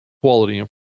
quality